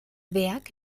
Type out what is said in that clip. werk